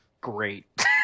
great